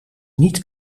niet